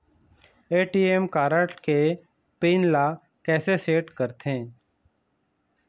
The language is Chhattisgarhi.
ए.टी.एम कारड के पिन ला कैसे सेट करथे?